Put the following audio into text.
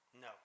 No